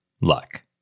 luck